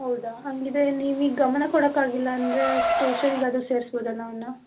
ಹೌದಾ ಹಾಗಿದ್ರೆ ನಿಮಗೆ ಗಮನ ಕೊಡಕ್ಕಾಗಿಲ್ಲ ಅಂದರೆ ಟ್ಯೂಷನ್ನಿಗಾದರೂ ಸೇರ್ಸಬೋದಲ್ಲ ಅವ್ನನ್ನ